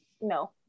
No